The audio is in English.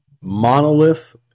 monolith